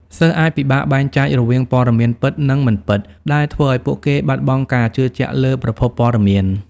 សិស្សអាចពិបាកបែងចែករវាងព័ត៌មានពិត និងមិនពិត ដែលធ្វើឲ្យពួកគេបាត់បង់ការជឿទុកចិត្តលើប្រភពព័ត៌មាន។